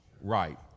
right